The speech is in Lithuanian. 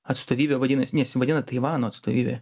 atstovybė vadinas nesivadina taivano atstovybė